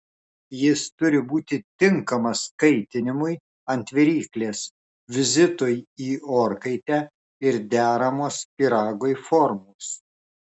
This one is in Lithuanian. jis turi būti tinkamas kaitinimui ant viryklės vizitui į orkaitę ir deramos pyragui formos